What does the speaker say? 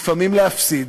לפעמים להפסיד,